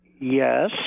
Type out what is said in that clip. Yes